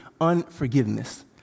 unforgiveness